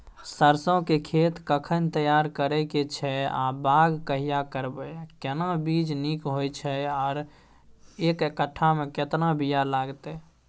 सरसो के खेत कखन तैयार करै के छै आ बाग कहिया करबै, केना बीज नीक होय छै आर एक कट्ठा मे केतना बीया लागतै?